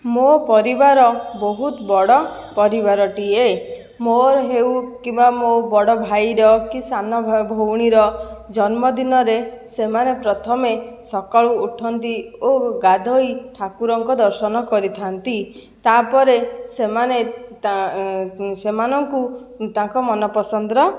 ମୋ' ପରିବାର ବହୁତ ବଡ଼ ପରିବାରଟିଏ ମୋ'ର ହେଉ କିମ୍ବା ମୋ ବଡ଼ ଭାଇର କି ସାନ ଭଉଣୀର ଜନ୍ମଦିନରେ ସେମାନେ ପ୍ରଥମେ ସକାଳୁ ଉଠନ୍ତି ଓ ଗାଧୋଇ ଠାକୁରଙ୍କ ଦର୍ଶନ କରିଥାନ୍ତି ତା'ପରେ ସେମାନେ ସେମାନଙ୍କୁ ତାଙ୍କ ମନପସନ୍ଦର